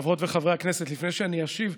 חברות וחברי הכנסת, לפני שאני אשיב,